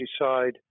decide